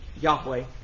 Yahweh